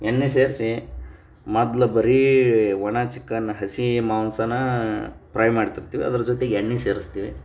ಎಣ್ಣೆ ಸೇರಿಸಿ ಮೊದ್ಲು ಬರೀ ಒಣ ಚಿಕನ್ ಹಸಿ ಮಾಂಸನ್ನ ಪ್ರೈ ಮಾಡ್ತಿರ್ತೀವಿ ಅದ್ರ ಜೊತೆಗ್ ಎಣ್ಣೆ ಸೇರಿಸ್ತೀವಿ